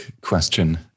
question